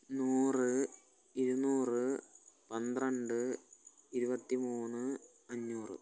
നൂറ് ഇരുന്നൂറ് പന്ത്രണ്ട് ഇരുപത്തിമൂന്ന് അഞ്ഞൂറ്